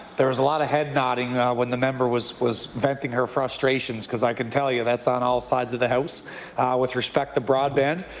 there is a lot of head nodding when the member was was venting her frustrations because i can tell you that's on all sides of the house with respect to broadband,